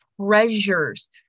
treasures